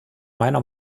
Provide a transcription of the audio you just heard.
meiner